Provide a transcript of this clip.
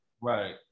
Right